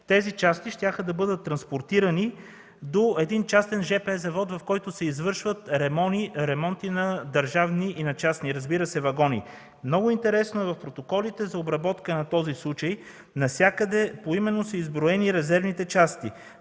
Тези части щяха да бъдат транспортирани до един частен жп завод, в който се извършват ремонти на държавни и на частни вагони, разбира се. Много интересно, в протоколите за обработка на този случай навсякъде поименно са изброени резервните части